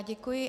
Děkuji.